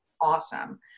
awesome